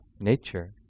nature